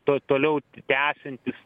to toliau tęsiantis